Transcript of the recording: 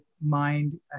mind